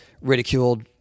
ridiculed